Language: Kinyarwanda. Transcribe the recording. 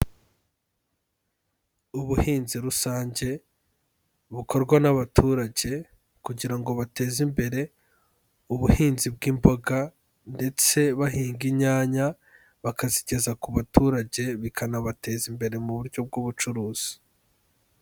Ubuhinzi rusange bukorwa n'abaturage kugira ngo bateze imbere ubuhinzi bw'imboga ndetse bahinga inyanya bakazigeza ku baturage bikanabateza imbere mu buryo bw'ubucuruzi.